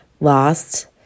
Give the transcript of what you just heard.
lost